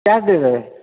cash ଦେଇଦେବେ